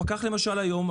לפקח למשל היום,